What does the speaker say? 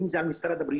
אם זה על משרד הבריאות,